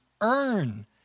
earn